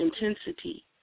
intensity